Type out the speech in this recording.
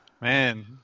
man